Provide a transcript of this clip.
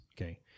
Okay